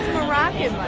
moroccan